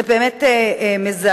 זה באמת מזעזע,